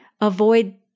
avoid